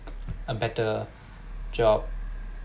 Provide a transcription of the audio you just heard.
a better job